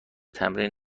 تمرین